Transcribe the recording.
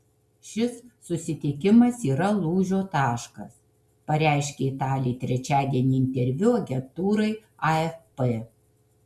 šis susitikimas yra lūžio taškas pareiškė italė trečiadienį interviu agentūrai afp